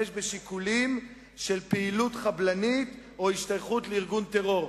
בשיקולים של פעילות חבלנית או השתייכות לארגון טרור.